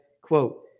quote